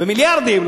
במיליארדים,